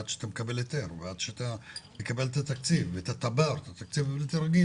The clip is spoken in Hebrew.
עד שאתה מקבל היתר ועד שאתה מקבל את התקציב ואת התקבול הבלתי הרגיל,